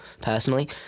personally